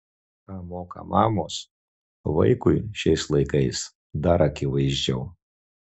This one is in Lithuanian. ką moka mamos vaikui šiais laikais dar akivaizdžiau